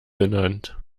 benannt